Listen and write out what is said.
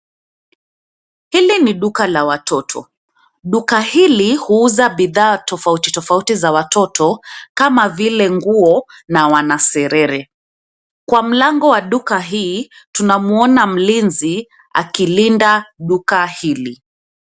Hili ni duka la watoto. Duka hili, huuza bidhaa tofauti tofauti za watoto, kama vile nguo na wanaserere. Kwa mlango wa duka hii, tunamuona mlinzi akilinda duka hili.